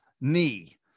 knee